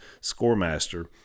ScoreMaster